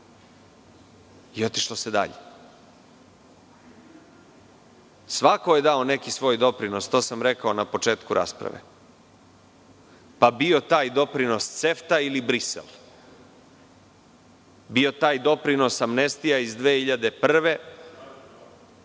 i otišlo se dalje. Svako je dao neki svoj doprinos, to sam rekao na početku rasprave, pa bio taj doprinos CEFTA ili Brisel, bio taj doprinos amnestija iz 2001.